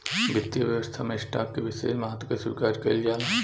वित्तीय व्यवस्था में स्टॉक के विशेष महत्व के स्वीकार कईल जाला